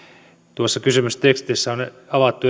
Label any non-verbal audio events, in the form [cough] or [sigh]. tuossa kysymystekstissä on avattu [unintelligible]